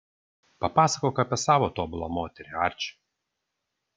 papasakok apie savo tobulą moterį arči